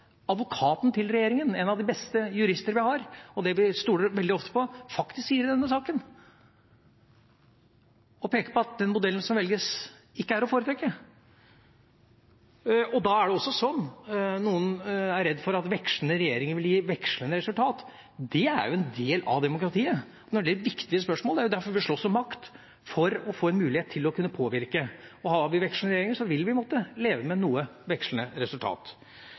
advokaten til regjeringa, en av de beste jurister vi har, som vi veldig ofte stoler på – sier og peker på i denne saka, at den modellen som velges, ikke er å foretrekke. Det er også sånn når noen er redd for at vekslende regjeringer vil gi vekslende resultat, at det er en del av demokratiet når det gjelder viktige spørsmål. Det er jo derfor vi slåss om makt, for å få en mulighet til å kunne påvirke. Har vi vekslende regjeringer, vil vi måtte leve med noe vekslende resultat.